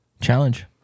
Challenge